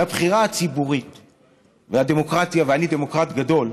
לבחירה הציבורית והדמוקרטיה, ואני דמוקרט גדול,